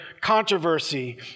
controversy